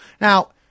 Now